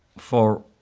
for